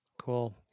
Cool